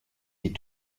die